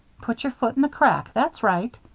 put your foot in the crack that's right.